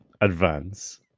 advance